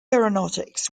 aeronautics